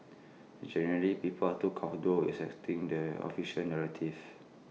generally people are too comfortable with accepting the official narrative